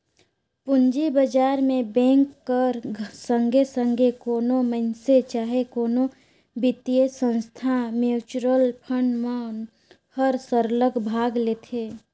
पूंजी बजार में बेंक कर संघे संघे कोनो मइनसे चहे कोनो बित्तीय संस्था, म्युचुअल फंड मन हर सरलग भाग लेथे